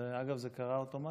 אגב, זה קרה אוטומטית.